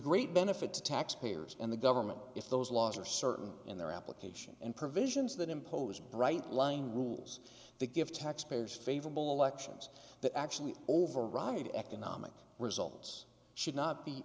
great benefit to taxpayers and the government if those laws are certain in their application and provisions that impose bright line rule they give taxpayers favorable elections that actually override economic results should not be